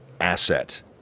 asset